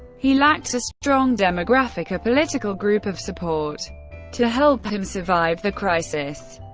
he lacked a strong demographic or political group of support to help him survive the crisis.